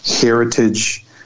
heritage